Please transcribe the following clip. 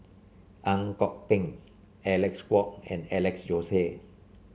Ang Kok Peng Alec Kuok and Alex Josey